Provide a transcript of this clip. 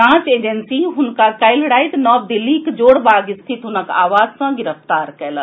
जांच एजेंसी हुनका काल्हि राति नव दिल्लीक जोरबाग स्थित हुनक आवास सॅ गिरफ्तार कयलक